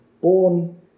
born